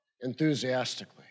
enthusiastically